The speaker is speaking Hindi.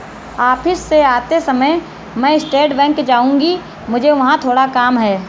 ऑफिस से आते समय मैं स्टेट बैंक जाऊँगी, मुझे वहाँ थोड़ा काम है